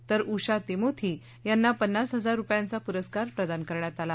तर उषा तिमोथी यांना पन्नास हजार रूपयांचा पुरस्कार प्रदान करण्यात आला